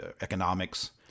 economics